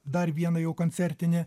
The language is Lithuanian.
dar vieną jau koncertinį